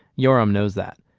yoram knows that.